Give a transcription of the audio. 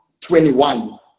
21